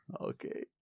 Okay